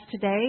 today